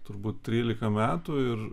turbūt trylika metų ir